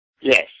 Yes